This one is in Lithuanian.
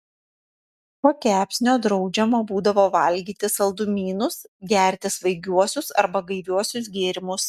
po kepsnio draudžiama būdavo valgyti saldumynus gerti svaigiuosius arba gaiviuosius gėrimus